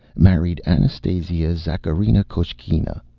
married anastasia zakharina-koshkina.